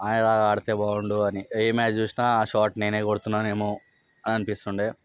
ఆయన ఆడితే బావుండు అని ఏ మ్యాచ్ చూసినా ఆ షాట్ నేనే కొడుతున్నానేమో అనిపిస్తుండె